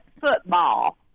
football